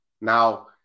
Now